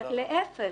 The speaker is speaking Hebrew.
להפך.